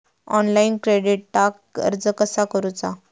Online क्रेडिटाक अर्ज कसा करुचा?